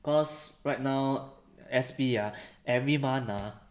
cause right now S_P ah every month ah